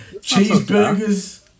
cheeseburgers